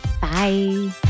Bye